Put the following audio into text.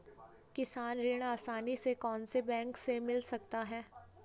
किसान ऋण आसानी से कौनसे बैंक से मिल सकता है?